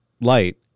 light